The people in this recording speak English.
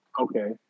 Okay